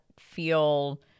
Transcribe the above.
feel